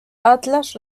atlas